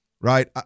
right